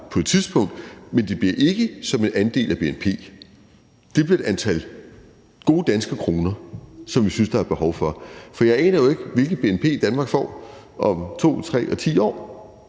på et tidspunkt, men det bliver ikke som en andel af bnp. Det bliver det antal gode danske kroner, som vi synes der er behov for. Jeg aner jo ikke, hvilket bnp Danmark har om 2, 3 og 10 år,